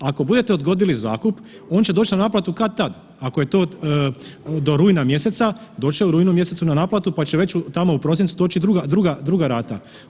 Ako budete odgodili zakup, on će doć na naplatu kad-tad, ako je to do rujna mjeseca, doći će u rujnu mjesecu na naplatu, pa će već tamo u prosincu doći druga, druga, druga rata.